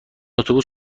اتوبوس